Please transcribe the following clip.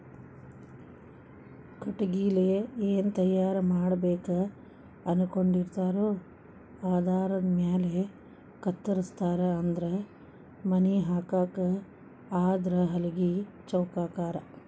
ಕಟಗಿಲೆ ಏನ ತಯಾರ ಮಾಡಬೇಕ ಅನಕೊಂಡಿರತಾರೊ ಆಧಾರದ ಮ್ಯಾಲ ಕತ್ತರಸ್ತಾರ ಅಂದ್ರ ಮನಿ ಹಾಕಾಕ ಆದ್ರ ಹಲಗಿ ಚೌಕಾಕಾರಾ